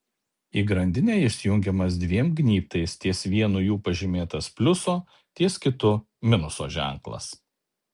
į grandinę jis jungiamas dviem gnybtais ties vienu jų pažymėtas pliuso ties kitu minuso ženklas